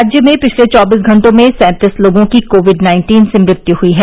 राज्य में पिछले चौबीस घंटों में सैंतीस लोगों की कोविड नाइन्टीन से मृत्यु हुयी है